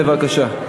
בבקשה.